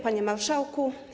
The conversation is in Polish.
Panie Marszałku!